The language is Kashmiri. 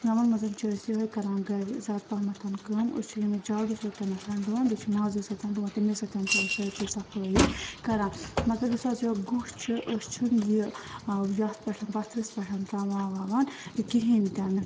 گامَن منٛز حظ چھِ أسۍ یِہٲے کران گھرِ زیادٕ پَہم کٲم أسۍ چھِ ییٚمے جاڑو سۭتۍ ڈُوان بیٚیہِ چھِ مازنہِ سۭتۍ ڈُوان تٔمے سۭتۍ چھِ أسۍ سٲرسٕے صفٲیی کَران مگر یُس حظ یہِ گوہ چھُ أسۍ چھِنہٕ یہِ ٲں ییٚتھ پٮ۪ٹھ پَتھرِس پٮ۪ٹھ ترٛاوان وَاوان کِہیٖنۍ تہِ نہٕ